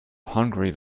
hungry